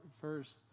first –